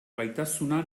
gaitasuna